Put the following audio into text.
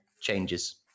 changes